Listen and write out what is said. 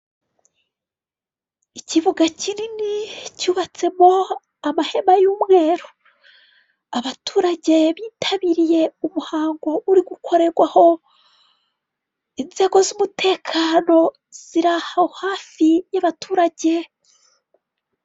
Ikibuga kinini cyubatsemo amaheme y'umweru. Abaturage bitabiriye umuhango uri gukorerwa aho. Inzego z'umutekano ziri aho hafi y'abaturage.